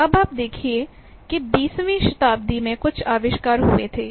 अब आप देखिए कि बीसवीं शताब्दी में कुछ आविष्कार हुए थे